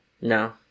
No